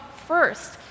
first